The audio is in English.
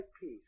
peace